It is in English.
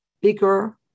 bigger